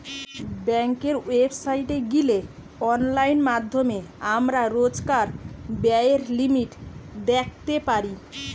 বেংকের ওয়েবসাইটে গিলে অনলাইন মাধ্যমে আমরা রোজকার ব্যায়ের লিমিট দ্যাখতে পারি